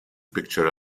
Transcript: picture